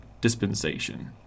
dispensation